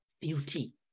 beauty